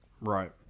right